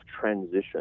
transition